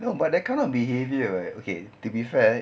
no but that kind of behaviour right okay to be fair